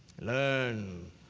learn